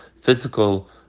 physical